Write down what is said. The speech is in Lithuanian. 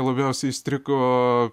labiausiai įstrigo